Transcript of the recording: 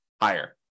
higher